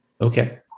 Okay